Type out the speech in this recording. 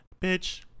Bitch